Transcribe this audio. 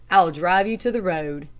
i'll drive you to the road.